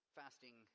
fasting